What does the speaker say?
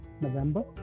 November